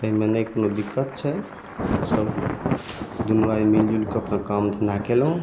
ताहिमे नहि कोनो दिक्कत छै सब दुन्नू आदमी मिलजुलके अपन काम धंधा कयलहुँ